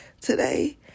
today